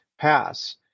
pass